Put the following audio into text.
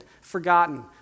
forgotten